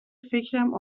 فکرم